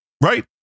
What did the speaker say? Right